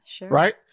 Right